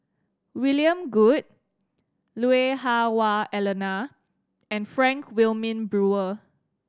William Goode Lui Hah Wah Elena and Frank Wilmin Brewer